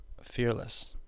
Fearless